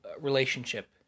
relationship